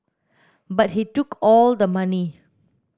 but he took all the money